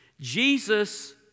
Jesus